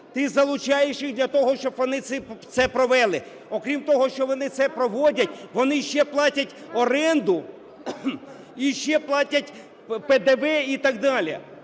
ти залучаєш їх для того, щоб вони це провели. Окрім того, що вони це проводять, вони ще платять оренду і ще платять ПДВ і так далі.